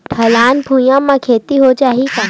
ढलान भुइयां म खेती हो जाही का?